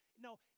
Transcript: No